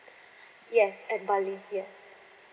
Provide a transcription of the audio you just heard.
yes at bali yes